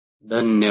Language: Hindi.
धन्यवाद